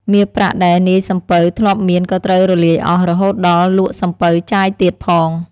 មាសប្រាក់ដែលនាយសំពៅធ្លាប់មានក៏ត្រូវរលាយអស់ រហូតដល់លក់សំពៅចាយទៀតផង។